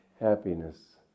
happiness